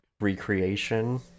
recreation